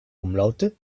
umlaute